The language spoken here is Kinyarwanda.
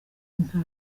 nka